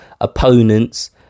opponents